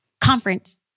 Conference